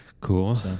Cool